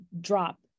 drop